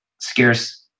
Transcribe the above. scarce